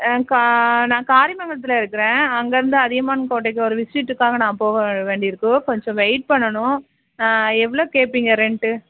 ஆ நான் காரியமங்கலத்தில் இருக்கிறேன் அங்கே இருந்து அதியமான் கோட்டைக்கு ஒரு விசிட்டுக்காக நான் போக வேண்டி இருக்குது கொஞ்சம் வெயிட் பண்ணணும் எவ்வளோ கேட்பீங்க ரெண்ட்டு